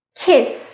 kiss